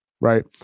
Right